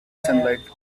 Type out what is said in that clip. sunlight